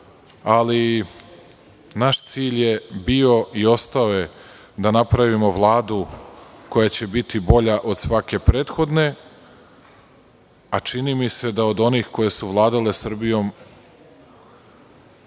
ali naš cilj je bio i ostao je da napravimo Vladu koja će biti bolja od svake prethodne, a čini mi se da od onih koje su vladale Srbijom